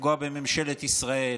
לפגוע בממשלת ישראל,